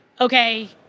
okay